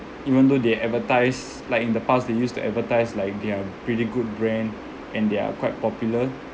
even though they advertise like in the past they used to advertise like they're pretty good brand and they are quite popular